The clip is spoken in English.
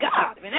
God